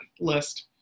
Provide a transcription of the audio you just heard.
list